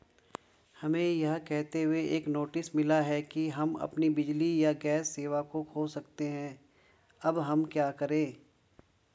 हमें यह कहते हुए एक नोटिस मिला कि हम अपनी बिजली या गैस सेवा खो सकते हैं अब हम क्या करें?